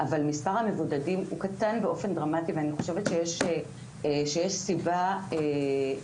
אבל מספר המבודדים הוא קטן באופן דרמטי ואני חושבת שיש סיבה לענין